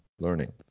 learning